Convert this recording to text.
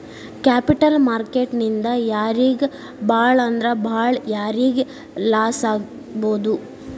Capital market ನಿಂದಾ ಯಾರಿಗ್ ಭಾಳಂದ್ರ ಭಾಳ್ ಯಾರಿಗ್ ಲಾಸಾಗ್ಬೊದು?